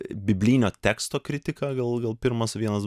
biblijinio teksto kritiką gal gal pirmas vienas